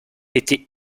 était